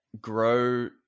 grow